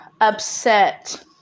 upset